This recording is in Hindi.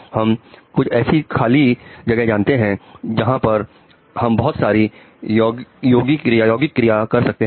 हम कुछ ऐसी खाली जगह जानते हैं जहां पर हम बहुत सारी योगी क्रिया कर सकते हैं